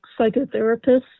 psychotherapists